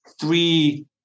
three